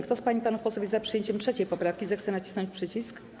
Kto z pań i panów posłów jest za przyjęciem 3. poprawki, zechce nacisnąć przycisk.